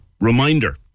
reminder